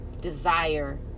desire